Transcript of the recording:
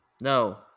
no